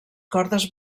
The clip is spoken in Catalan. cordes